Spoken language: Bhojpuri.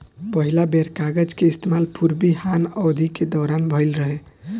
पहिला बेर कागज के इस्तेमाल पूर्वी हान अवधि के दौरान भईल रहे